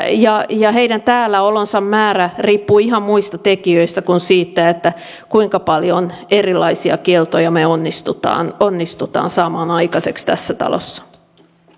ja ja heidän täällä olonsa määrä riippuu ihan muista tekijöistä kuin siitä kuinka paljon erilaisia kieltoja me onnistumme onnistumme saamaan aikaiseksi tässä talossa